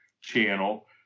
channel